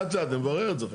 לאט-לאט נברר את זה.